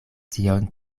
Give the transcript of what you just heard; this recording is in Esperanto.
tion